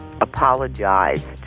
apologized